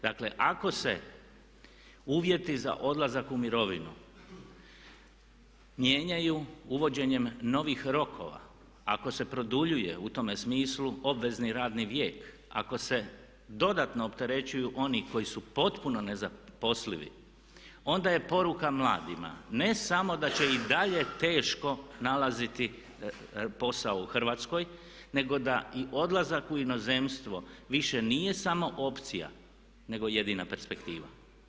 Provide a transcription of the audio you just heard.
Dakle, ako se uvjeti za odlazak u mirovinu mijenjaju uvođenjem novih rokova, ako se produljuje u tome smislu obvezni radni vijek, ako se dodatno opterećuju oni koji su potpuno nezaposlivi onda je poruka mladima ne samo da će i dalje teško nalaziti posao u Hrvatskoj nego da i odlazak u inozemstvo više nije samo opcija nego jedina perspektiva.